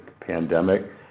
pandemic